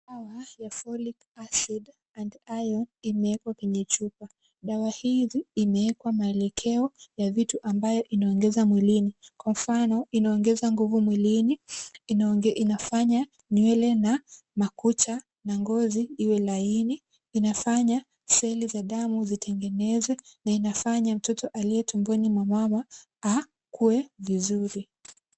Dawa ya Folic Acid and Iron Iimewekwa kwenye chupa. Dawa hizi imewekwa maelekeo ya vitu ambayo inaongeza mwilini, kwa mfano inaongeza nguvu mwilini, inafanya nywele na makucha na ngozi iwe laini, inafanya seli za damu zitengenezwe na inafanya mtoto aliye tumboni mwa mama akue vizuri.